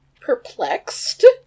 perplexed